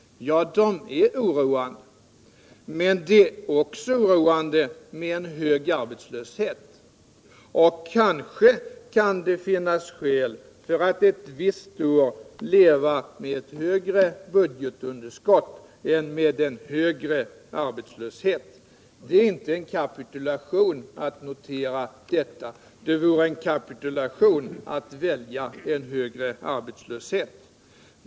Ja, de är oroande, men det är också oroande med en hög arbetslöshet. Kanske kan det finnas skäl för att ett visst år hellre leva med ett större budgetunderskott än med en högre arbetslöshet. Det innebär inte en kapitulation att notera detta, men det vore en kapitulation att välja en högre arbetslöshet.